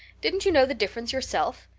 didn't you know the difference yourself?